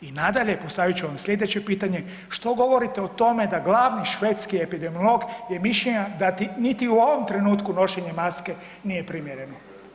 I nadalje, postavit ću vam slijedeće pitanje, što govorite o tome da glavni švedski epidemiolog je mišljenja da niti u ovom trenutku nošenje maske nije primjereno?